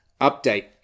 update